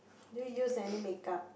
do you use any make up